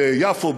ביפו,